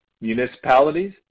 municipalities